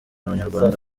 abanyarwanda